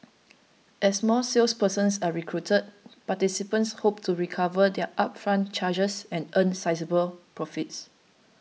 as more salespersons are recruited participants hope to recover their upfront charges and earn sizeable profits